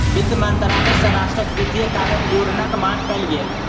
वित्त मंत्रालय सॅ राष्ट्रक वित्तीय कार्यक विवरणक मांग कयल गेल